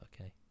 okay